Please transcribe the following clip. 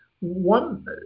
one